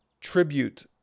tribute